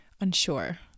unsure